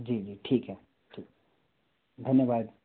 जी जी ठीक है ठीक धन्यवाद